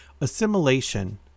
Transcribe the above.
Assimilation